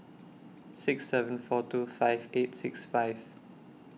six seven four two five eight six five